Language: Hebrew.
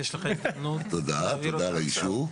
תודה על האישור.